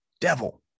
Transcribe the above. devil